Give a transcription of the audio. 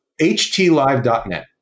htlive.net